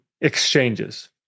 exchanges